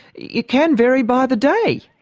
it can vary by the day.